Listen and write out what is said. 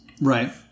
Right